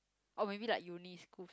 or maybe like uni school friends